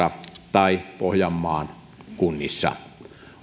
tai pohjanmaan kuntia